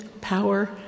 power